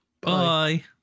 Bye